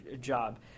job